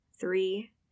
three